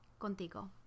Contigo